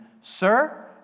sir